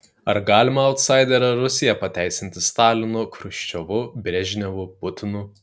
ar galima autsaiderę rusiją pateisinti stalinu chruščiovu brežnevu putinu